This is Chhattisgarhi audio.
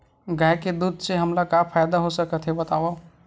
गाय के दूध से हमला का का फ़ायदा हो सकत हे बतावव?